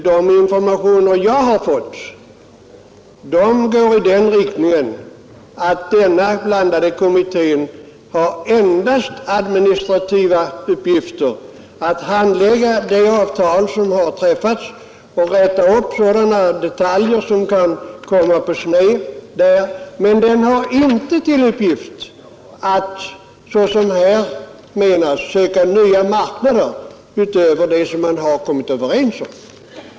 De informationer jag har fått går i den riktningen att denna blandade kommitté har endast administrativa uppgifter — att handlägga det avtal som har träffats och rätta till sådana detaljer som där kan komma på sned. Men den har inte till uppgift att, såsom här menas, söka nya marknader utöver vad man har kommit överens om.